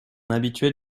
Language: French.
habitué